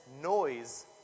noise